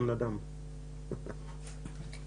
המשנה למנכ"ל וראש חטיבת הבריאות.